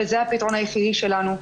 וזה הפתרון היחיד שלנו.